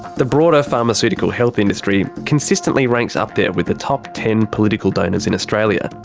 the broader pharmaceutical health industry consistently ranks up there with the top ten political donors in australia.